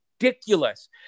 ridiculous